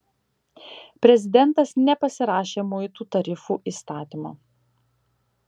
prezidentas nepasirašė muitų tarifų įstatymo